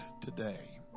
today